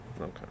Okay